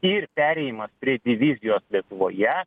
ir perėjimas prie divizijos lietuvoje